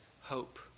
hope